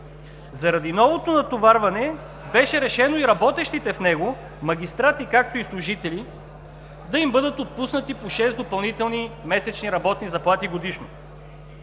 Заради новото натоварване беше решено и работещите в него магистрати, както и служители, да им бъдат отпуснати по шест допълнителни месечни работни заплати годишно.